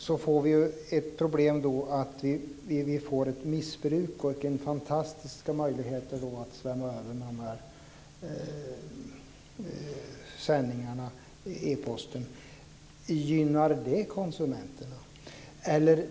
Då får vi ett problem med missbruk och riskerar att svämmas över av dessa sändningar i e-posten. Gynnar det konsumenterna?